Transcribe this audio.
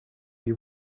will